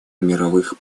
мировых